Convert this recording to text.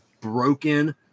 broken